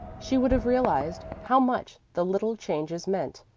she would have realized how much the little changes meant,